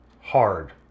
hard